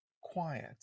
quiet